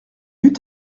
eut